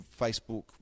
Facebook